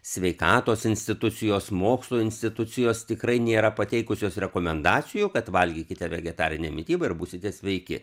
sveikatos institucijos mokslo institucijos tikrai nėra pateikusios rekomendacijų kad valgykite vegetarinę mitybą ir būsite sveiki